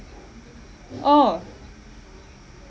oh